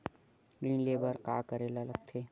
ऋण ले बर का करे ला लगथे?